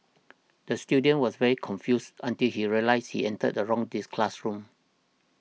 the student was very confused until he realised he entered the wrong diss classroom